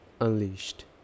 Unleashed